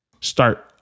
start